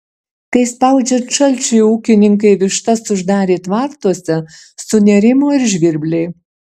kai spaudžiant šalčiui ūkininkai vištas uždarė tvartuose sunerimo ir žvirbliai